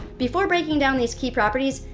before breaking down these key properties,